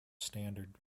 standard